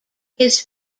his